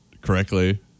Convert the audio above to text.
correctly